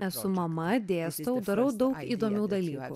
esu mama dėstau darau daug įdomių dalykų